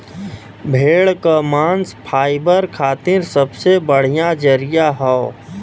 भेड़ क मांस फाइबर खातिर सबसे बढ़िया जरिया हौ